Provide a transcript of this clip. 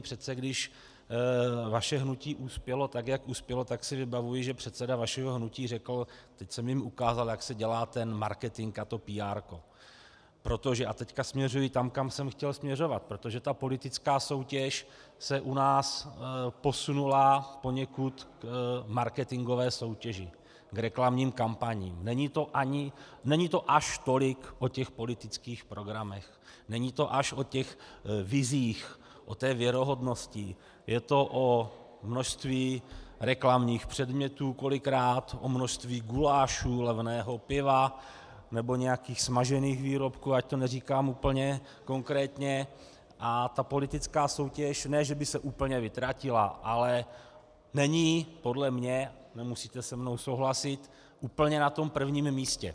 Přece když vaše hnutí uspělo tak, jak uspělo, tak si vybavuji, že předseda vašeho hnutí řekl: teď jsem jim ukázal, jak se dělá marketing a píárko, protože a teď směřuji tam, kam jsem chtěl směřovat politická soutěž se u nás posunula poněkud k marketingové soutěži, k reklamním kampaním, není to až tolik o politických programech, není to až o vizích, o věrohodnosti, je to o množství reklamních předmětů kolikrát, o množství gulášů, levného piva nebo nějakých smažených výrobků, ať to neříkám úplně konkrétně, a politická soutěž ne že by se úplně vytratila, ale není podle mě, nemusíte se mnou souhlasit, úplně na tom prvním místě.